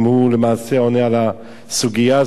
הוא למעשה עונה על הסוגיה הזאת,